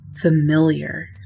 familiar